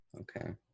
Okay